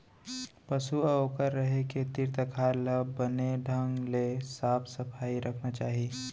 पसु अउ ओकर रहें के तीर तखार ल बने ढंग ले साफ सफई रखना चाही